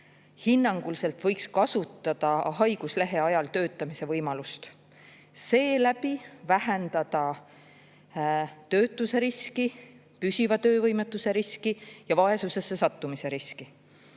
inimest võiks kasutada haiguslehe ajal töötamise võimalust ning seeläbi vähendada töötuse riski, püsiva töövõimetuse riski ja vaesusesse sattumise riski.